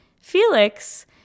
Felix